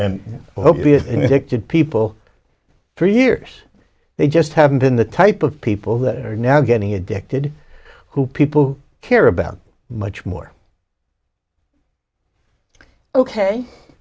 to people for years they just haven't been the type of people that are now getting addicted who people care about much more ok